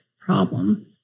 problem